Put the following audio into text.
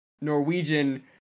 Norwegian